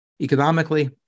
Economically